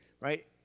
right